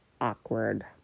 awkward